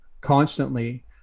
constantly